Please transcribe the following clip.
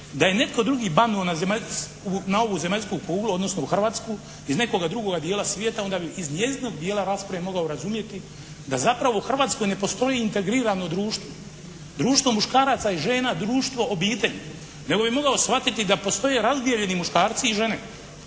da je netko drugi banuo na ovu zemaljsku kuglu, odnosno u Hrvatsku iz nekoga drugoga dijela svijeta onda bi iz njezinog dijela rasprave mogao razumjeti da zapravo u Hrvatskoj ne postoji integrirano društvo, društvo muškaraca i žena, društvo obitelji, nego bi mogao shvatiti da postoje razdijeljeni muškarci i žene,